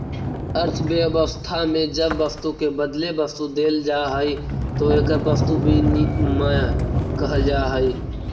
अर्थव्यवस्था में जब वस्तु के बदले वस्तु देल जाऽ हई तो एकरा वस्तु विनिमय कहल जा हई